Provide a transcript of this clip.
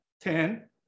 Ten